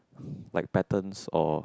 like patterns or